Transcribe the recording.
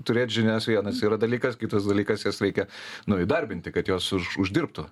turėt žinias vienas yra dalykas kitas dalykas jas reikia nu įdarbinti kad jos uždirbtų